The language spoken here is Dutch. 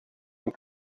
een